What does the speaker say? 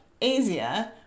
easier